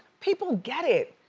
people get it.